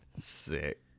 Sick